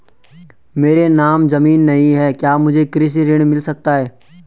मेरे नाम ज़मीन नहीं है क्या मुझे कृषि ऋण मिल सकता है?